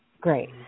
Great